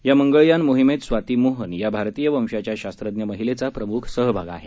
या मंगळयान मोहिमेत स्वाती मोहन या भारतीय वंशाच्या शास्त्रज्ञ महिलेचा प्रमुख सहभाग आहे